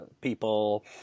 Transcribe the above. people